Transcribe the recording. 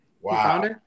Wow